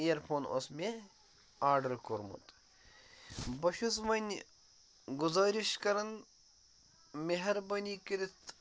اِیر phone اوس مےٚ order کوٚرمُت بہٕ چھُس ونۍ گُزٲرِش کَرا ن مہربٲنی کٔرِتھ